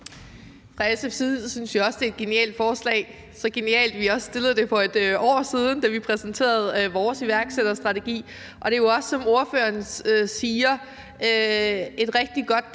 Fra SF's side synes vi også, det er et genialt forslag – så genialt, at vi også fremsatte det for et år siden, da vi præsenterede vores iværksætterstrategi. Og det er jo også, som ordføreren siger, et rigtig godt